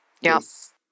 Yes